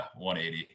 180